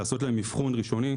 לעשות להם אבחון ראשוני,